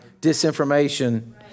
disinformation